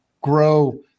grow